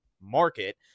market